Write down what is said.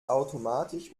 automatisch